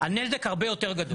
הנזק הרבה יותר גדול.